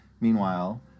meanwhile